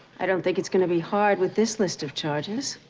i don't think it's gonna be hard with this list of charges.